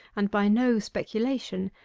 and by no speculation,